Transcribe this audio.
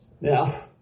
Now